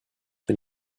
bin